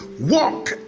walk